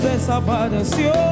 desapareció